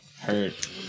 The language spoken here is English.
Hurt